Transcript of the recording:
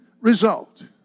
result